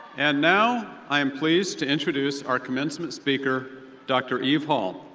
and now, i am pleased to introduce our commencement speaker, dr. eve hall.